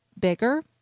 bigger